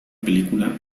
película